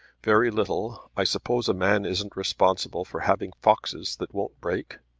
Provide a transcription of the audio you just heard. very little. i suppose a man isn't responsible for having foxes that won't break.